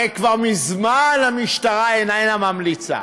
הרי כבר מזמן המשטרה איננה ממליצה,